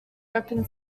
open